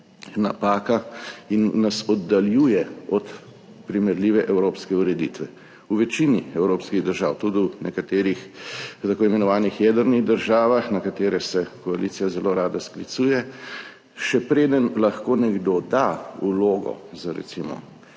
napaka in nas oddaljuje od primerljive evropske ureditve. V večini evropskih držav, tudi v nekaterih tako imenovanih jedrnih državah, na katere se koalicija zelo rada sklicuje, še preden lahko nekdo da vlogo, da bi